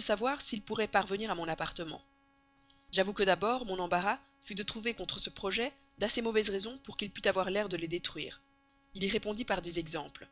savoir s'il pourrait parvenir à mon appartement j'avoue que d'abord mon embarras fut de trouver contre ce projet d'assez mauvaises raisons pour qu'il pût avoir l'air de les détruire il y répondit par des exemples